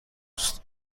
است